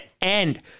end